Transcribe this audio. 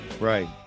Right